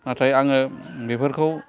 नाथाय आङो बेफोरखौ